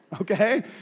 Okay